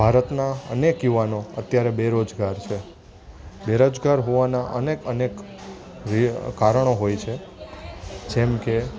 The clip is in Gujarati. ભારતના અનેક યુવાનો અત્યારે બેરોજગાર છે બેરોજગાર હોવાના અનેક અનેક વિ કારણો હોય છે જેમકે